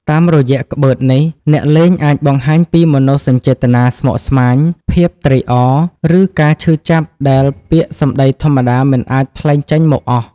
តាមរយៈក្បឺតនេះ អ្នកលេងអាចបង្ហាញពីមនោសញ្ចេតនាស្មុគស្មាញ ភាពត្រេកអរ ឬការឈឺចាប់ដែលពាក្យសម្តីធម្មតាមិនអាចថ្លែងចេញមកអស់។